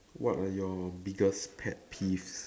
what are your biggest pet peeves